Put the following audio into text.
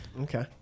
Okay